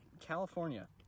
California